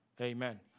Amen